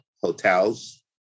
hotels